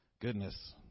goodness